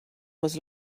was